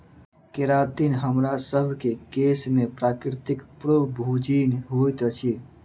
keratin हमरासभ केँ केश में प्राकृतिक प्रोभूजिन होइत अछि